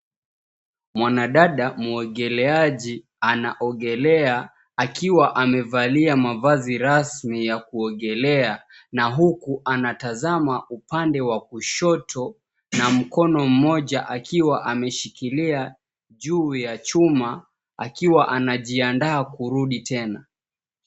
Mwanadada muogeleaji anaogelea akiwa amevalia mavazi rasmi ya kuogelea na huku anatazama upande wa kushoto na mkono mmoja akiwa ameshikilia juu ya chuma akiwa anajiandaa kurudi tena.